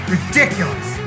Ridiculous